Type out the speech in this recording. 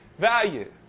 value